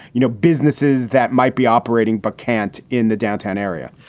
you know, businesses that might be operating but can't in the downtown area?